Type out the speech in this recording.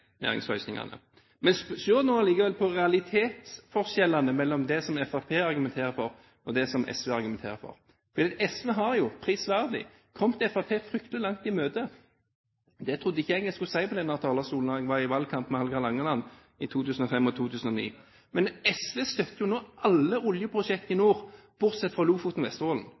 næringsløsningene. Men se nå likevel på realitetsforskjellene mellom det som Fremskrittspartiet argumenterer for og det som SV argumenterer for. SV har jo, prisverdig, kommet Fremskrittspartiet fryktelig langt i møte. Det trodde ikke jeg jeg skulle si på denne talerstolen da jeg var i valgkamp med Hallgeir Langeland i 2005 og 2009. Men SV støtter jo nå alle oljeprosjekter i nord, bortsett fra Lofoten og Vesterålen.